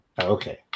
Okay